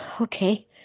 okay